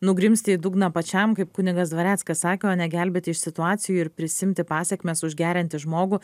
nugrimzti į dugną pačiam kaip kunigas dvareckas sako ne gelbėti iš situacijų ir prisiimti pasekmes už geriantį žmogų